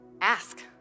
ask